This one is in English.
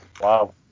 Wow